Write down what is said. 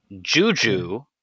Juju